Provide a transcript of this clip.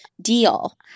deal